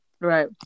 Right